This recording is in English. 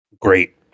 Great